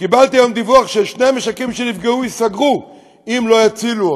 קיבלתי היום דיווח ששני המשקים שנפגעו ייסגרו אם לא יצילו אותם.